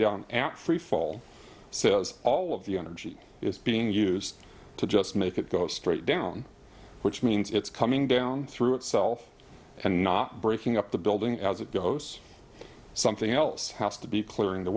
so all of the energy is being used to just make it go straight down which means it's coming down through itself and not breaking up the building as it goes something else has to be clearing the